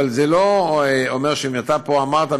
אבל זה לא אומר שאם אתה פה אמרת,